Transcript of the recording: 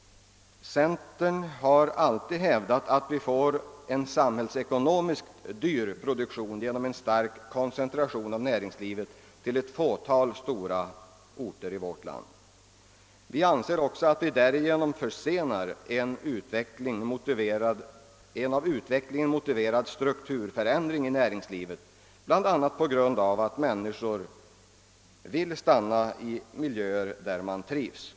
Centern har alltid hävdat att vi får en samhällsekonomiskt dyr produktion genom en stark koncentration av näringslivet till ett fåtal stora orter i vårt land. Vi anser också att man därigenom försenar en av utvecklingen motiverad strukturförändring av näringslivet, bl.a. på grund av att människor vill stanna i miljöer där de trivs.